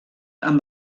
amb